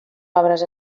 obres